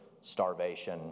starvation